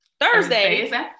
Thursday